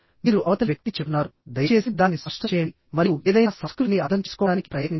మీరు అవతలి వ్యక్తికి చెప్తున్నారు దయచేసి దానిని స్పష్టం చేయండి మరియు ఏదైనా సంస్కృతిని అర్థం చేసుకోవడానికి ప్రయత్నించండి